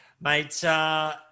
Mate